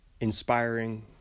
Inspiring